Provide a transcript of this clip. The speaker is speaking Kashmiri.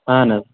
اَہَن حظ